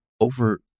over